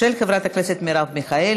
של חברת הכנסת מרב מיכאלי.